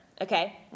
okay